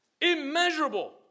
Immeasurable